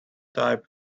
type